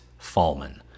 Fallman